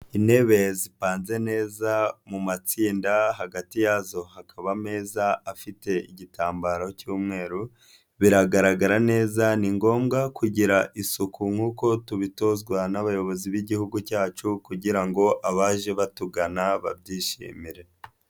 Intebe zipanze neza mu matsinda hagati yazo hakaba ameza afite igitambaro cy'umweru, biragaragara neza ni ngombwa kugira isuku nk'uko tubitozwa n'abayobozi b'igihugu cyacu kugira ngo abaje batugana babyishimire.